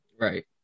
right